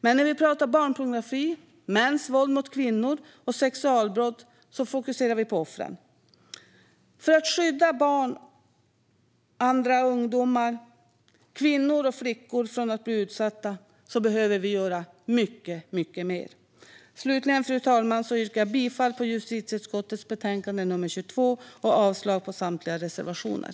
Men när vi pratar om barnpornografi, mäns våld mot kvinnor och sexualbrott fokuserar vi på offren. För att skydda barn och ungdomar, kvinnor och flickor från att bli utsatta så behöver vi göra mycket mer. Slutligen, fru talman, yrkar jag bifall till förslaget i justitieutskottets betänkande nr 22 och avslag på samtliga reservationer.